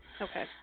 Okay